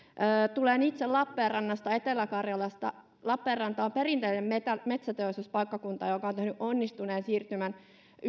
tulen itse lappeenrannasta etelä karjalasta lappeenranta on perinteinen metsäteollisuuspaikkakunta joka on tehnyt onnistuneen siirtymän